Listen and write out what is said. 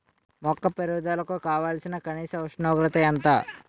మొక్క పెరుగుదలకు కావాల్సిన కనీస ఉష్ణోగ్రత ఎంత?